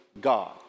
God